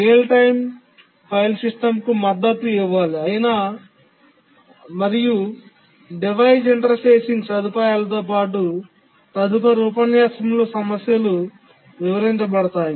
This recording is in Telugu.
రియల్ టైమ్ ఫైల్ సిస్టమ్కు మద్దతు ఇవ్వాలి మరియు డివైస్ ఇంటర్ఫేసింగ్ సదుపాయాలతో పాటు తదుపరి ఉపన్యాసంలో సమస్యలు వివరించబడతాయి